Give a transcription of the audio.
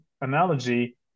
analogy